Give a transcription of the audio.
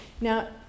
Now